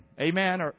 Amen